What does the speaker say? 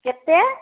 कितने